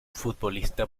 futbolista